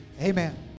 amen